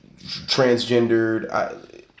transgendered